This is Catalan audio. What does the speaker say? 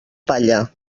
palla